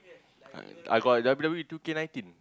I got W_W_E two K Nineteen